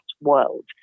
world